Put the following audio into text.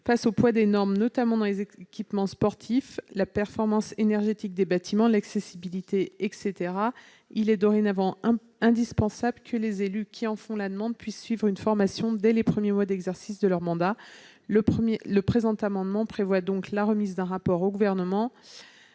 face aux poids des normes, s'agissant notamment des équipements sportifs, de la performance énergétique des bâtiments, de l'accessibilité, etc. il est dorénavant indispensable que les élus qui en font la demande puissent suivre une formation dès les premiers mois d'exercice de leur mandat. Le présent amendement vise à prévoir la remise d'un rapport du Gouvernement